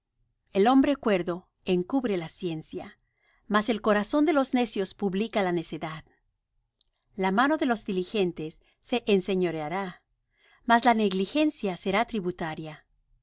el hombre cuerdo encubre la ciencia mas el corazón de los necios publica la necedad la mano de los diligentes se enseñoreará mas la negligencia será tributaria